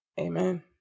Amen